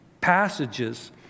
passages